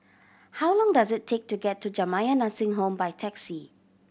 how long does it take to get to Jamiyah Nursing Home by taxi